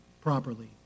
properly